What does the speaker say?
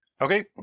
Okay